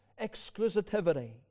exclusivity